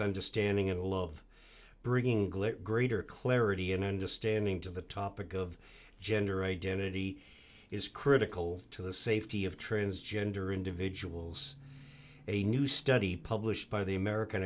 understanding and love bringing glick greater clarity and understanding to the topic of gender identity is critical to the safety of transgender individuals a new study published by the american